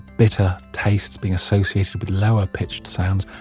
bitter tastes being associated with lower-pitched sounds,